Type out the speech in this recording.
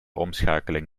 omschakeling